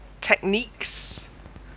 techniques